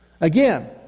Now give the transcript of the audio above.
Again